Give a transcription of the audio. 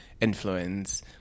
influence